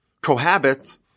cohabit